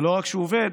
ולא רק שהוא עובד,